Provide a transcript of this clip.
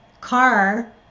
car